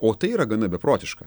o tai yra gana beprotiška